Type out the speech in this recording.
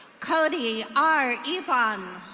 cody r evonn.